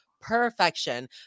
perfection